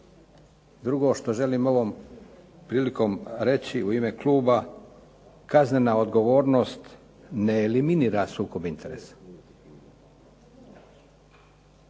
Drugo, što želim ovom prilikom reći u ime kluba, kaznena odgovornost ne eliminira sukob interesa.